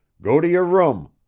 go to your room.